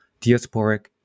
diasporic